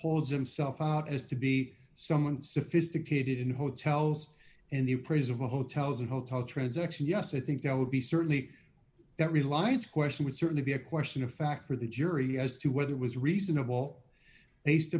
holds himself out as to be someone sophisticated in hotels and the praise of the hotels and hotel transaction yes i think there would be certainly that reliance question would certainly be a question of fact for the jury as to whether it was reasonable based